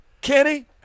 Kenny